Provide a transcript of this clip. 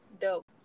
dope